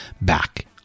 back